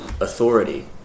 authority